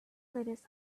latest